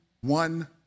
one